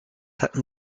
hatten